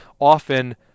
often